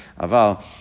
Aval